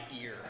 ear